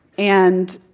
and,